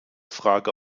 frage